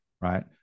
Right